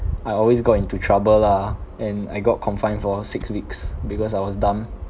I always got into trouble lah and I got confined for six weeks because I was dumb